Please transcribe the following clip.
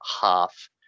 half